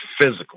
physical